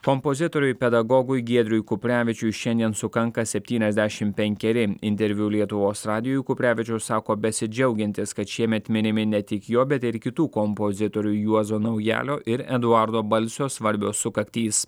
kompozitoriui pedagogui giedriui kuprevičiui šiandien sukanka septyniasdešim penkeri interviu lietuvos radijui kuprevičius sako besidžiaugiantis kad šiemet minimi ne tik jo bet ir kitų kompozitorių juozo naujalio ir eduardo balsio svarbios sukaktys